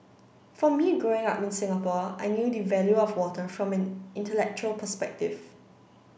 for me growing up in Singapore I knew the value of water from an intellectual perspective